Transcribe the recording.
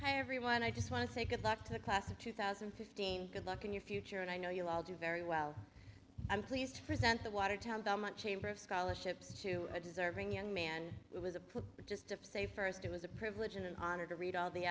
hi everyone i just want to say good luck to the class of two thousand and fifteen good luck in your future and i know you will do very well i'm pleased to present the watertown that my chamber of scholarships to deserving young man was a put just to say first it was a privilege and an honor to read all the